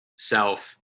self